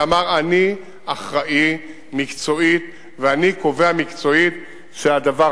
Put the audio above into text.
ואמר: אני אחראי מקצועי וקובע מקצועית שהדבר